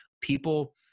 People